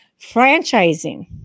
franchising